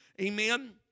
amen